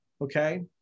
Okay